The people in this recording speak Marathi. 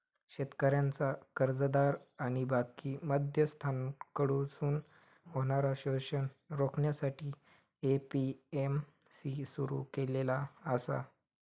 शेतकऱ्यांचा कर्जदार आणि बाकी मध्यस्थांकडसून होणारा शोषण रोखण्यासाठी ए.पी.एम.सी सुरू केलेला आसा